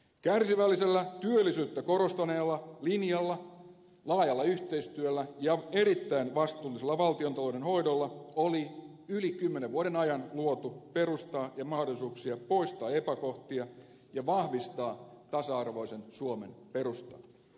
kärsivällisellä työllisyyttä korostaneella linjalla laajalla yhteistyöllä ja erittäin vastuullisella valtiontalouden hoidolla oli yli kymmenen vuoden ajan luotu perustaa ja mahdol lisuuksia poistaa epäkohtia ja vahvistaa tasa arvoisen suomen perustaa